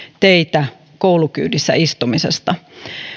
teitä koulukyydissä istumisesta